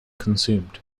consumed